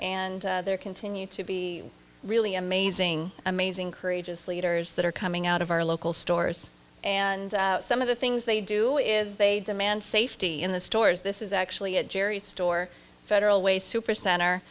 and there continue to be really amazing amazing courageous leaders that are coming out of our local stores and some of the things they do is they demand safety in the stores this is actually a jerry store federal way super